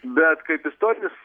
bet kaip istorinis